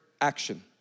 action